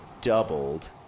Doubled